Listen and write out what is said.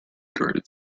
guarded